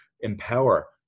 empower